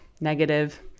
negative